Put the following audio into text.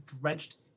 drenched